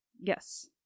Yes